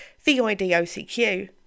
V-I-D-O-C-Q